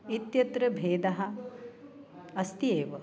इत्यत्र भेदः अस्ति एव